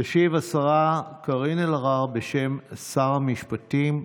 תשיב השרה קארין אלהרר בשם שר המשפטים.